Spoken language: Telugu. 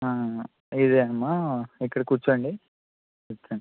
ఇదే అమ్మా ఇక్కడ కూర్చోండి